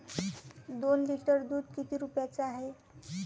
दोन लिटर दुध किती रुप्याचं हाये?